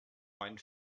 meinen